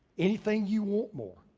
anything you want more.